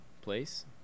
place